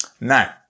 Now